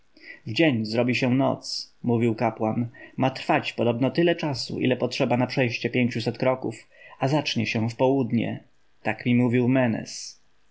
dzień zrobi się noc mówił kapłan ma trwać podobno tyle czasu ile potrzeba na przejście pięciuset kroków a zacznie się w południe tak mi mówił